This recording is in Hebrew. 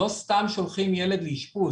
לא סתם שולחים ילד לאשפוז.